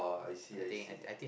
I see I see